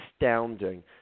astounding